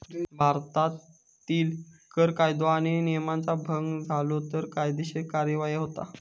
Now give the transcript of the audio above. भारतीत कर कायदो आणि नियमांचा भंग झालो तर कायदेशीर कार्यवाही होता